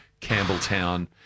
Campbelltown